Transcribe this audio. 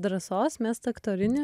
drąsos mest aktorinį